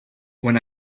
when